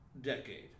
decade